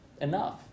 enough